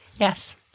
Yes